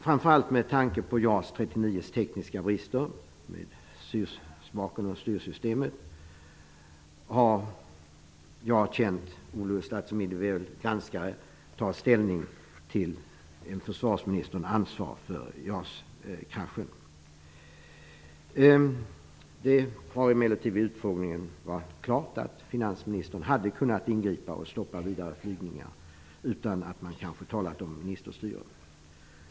Framför allt med tanke på JAS 39:s tekniska brister i styrspaken och styrsystemet har jag som individuell granskare känt olust inför att ta ställning till ifall försvarsministern bär ansvar för JAS Det har emellertid vid utfrågningen klargjorts att försvarsministern hade kunnat ingripa för att stoppa vidare flygningar utan att man kanske talat om ministerstyre.